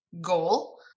goal